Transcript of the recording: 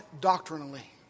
doctrinally